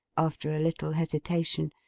after a little hesitation,